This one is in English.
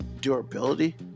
durability